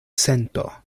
sento